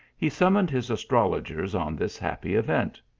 he sum moned his astrologers on this happy event.